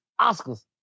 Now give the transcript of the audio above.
Oscars